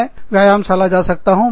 मैं व्यायामशाला जिम जा सकता हूँ